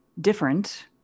different